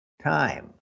time